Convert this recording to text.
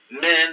men